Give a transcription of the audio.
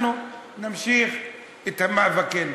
אנחנו נמשיך את מאבקנו.